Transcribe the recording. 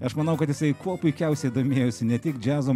aš manau kad jisai kuo puikiausiai domėjosi ne tik džiazo